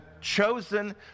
chosen